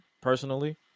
personally